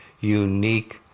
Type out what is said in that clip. unique